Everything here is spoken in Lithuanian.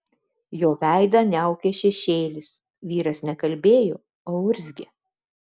jo veidą niaukė šešėlis vyras ne kalbėjo o urzgė